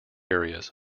areas